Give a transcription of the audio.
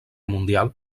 mundial